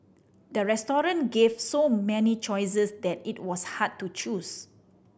the gave so many choices that it was hard to choose